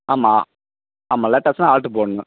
ஆமாம் ஆமாம் லேட் ஆச்சுன்னா ஹால்ட்டு போடணும்